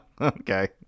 okay